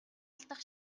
алдах